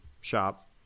shop